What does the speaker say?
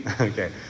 Okay